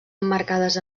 emmarcades